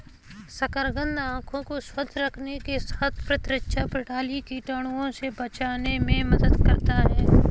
शकरकंद आंखों को स्वस्थ रखने के साथ प्रतिरक्षा प्रणाली, कीटाणुओं से बचाने में मदद करता है